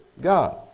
God